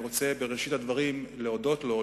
אני רוצה בראשית הדברים להודות לו,